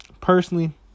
personally